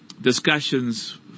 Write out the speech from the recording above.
discussions